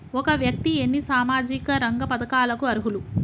ఒక వ్యక్తి ఎన్ని సామాజిక రంగ పథకాలకు అర్హులు?